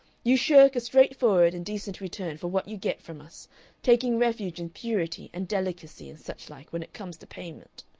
you shirk a straightforward and decent return for what you get from us taking refuge in purity and delicacy and such-like when it comes to payment.